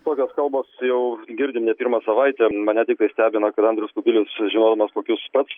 tokios kalbos jau girdim ne pirmą savaitę mane tiktai stebina kad andrius kubilius žinodamas kokius pats